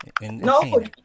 no